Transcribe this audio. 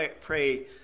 pray